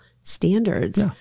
standards